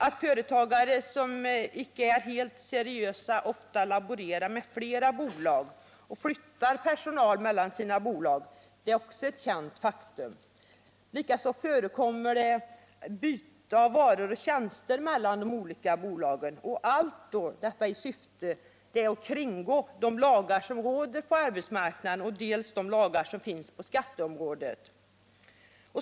Att företagare som inte är helt seriösa ofta laborerar med flera bolag och flyttar personal mellan sina bolag är ett känt faktum, och likaså förekommer byte av varor och tjänster mellan de olika bolagen — allt i syfte att kringgå de lagar som finns dels för arbetsmarknaden, dels på skatteområdet.